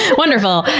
ah wonderful.